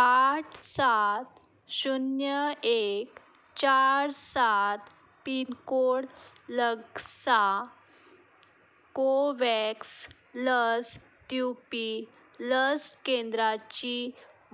आठ सात शुन्य एक चार सात पिनकोड लगसा कोवॅक्स लस दिवपी लस केंद्राची